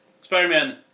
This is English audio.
Spider-Man